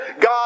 God